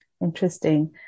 Interesting